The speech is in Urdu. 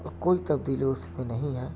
اور کوئی تبدیلی اس میں نہیں ہے